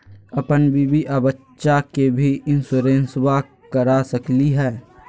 अपन बीबी आ बच्चा के भी इंसोरेंसबा करा सकली हय?